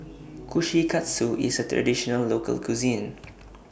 Kushikatsu IS A Traditional Local Cuisine